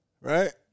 right